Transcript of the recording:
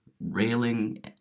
railing